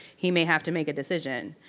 he may have to make a decision.